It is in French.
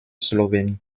slovénie